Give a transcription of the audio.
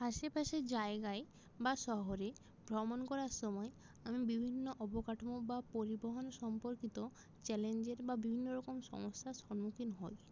আশেপাশে জায়গায় বা শহরে ভ্রমণ করার সময় আমি বিভিন্ন অবকাঠামো বা পরিবহণ সম্পর্কিত চ্যালেঞ্জের বা বিভিন্ন রকম সমস্যার সন্মুখীন হোই